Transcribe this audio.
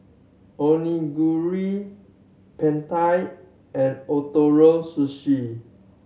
Onigiri Pad Thai and Ootoro Sushi